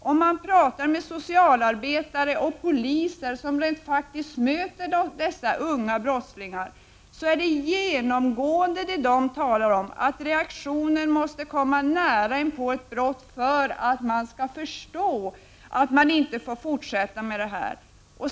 Om man talar med socialarbetare och poliser, som faktiskt möter dessa unga brottslingar, finner man att de genomgående anser att reaktionen måste komma nära inpå ett brott för att vederbörande skall förstå att han inte får fortsätta med det här beteendet.